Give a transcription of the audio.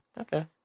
Okay